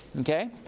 Okay